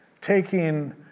taking